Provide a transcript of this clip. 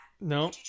no